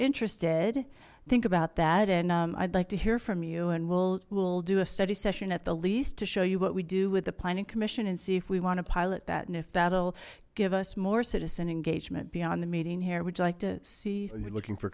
interested think about that and i'd like to hear from you and we'll we'll do a study session at the least to show you what we do with the planning commission and see if we want to pilot that and if that'll give us more citizen engagement beyond the meeting here would you like to see your looking for